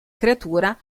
creatura